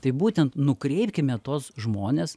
tai būtent nukreipkime tuos žmones